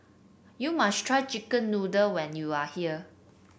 you must try chicken noodle when you are here